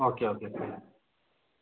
okay okay ꯊꯝꯃꯦ